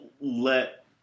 let